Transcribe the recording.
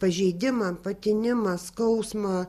pažeidimą patinimą skausmą